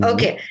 Okay